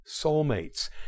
soulmates